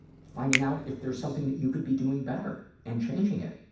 finding out if there's something that you could be doing better and changing it.